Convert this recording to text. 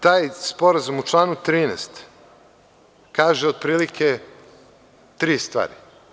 Taj sporazum u članu 13. kaže otprilike tri stvari.